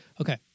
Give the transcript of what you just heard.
okay